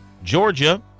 Georgia